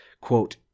quote